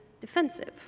defensive